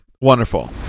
wonderful